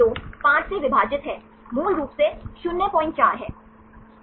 वह 2 बाय 5 है यह 2 5 से विभाजित है मूल रूप से 04 है